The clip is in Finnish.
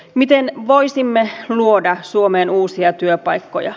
miten voisimme luoda suomeen uusia työpaikkoja